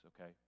okay